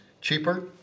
cheaper